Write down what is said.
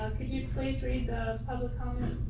could you please read the public comment?